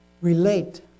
relate